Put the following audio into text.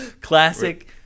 Classic